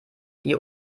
die